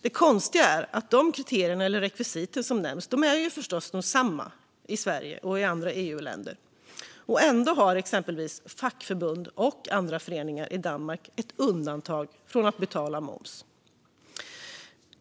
Det konstiga är att de kriterier eller rekvisit som nämns förstås är desamma i Sverige och andra EU-länder, och ändå har exempelvis fackförbund och andra föreningar i Danmark ett undantag från att betala moms.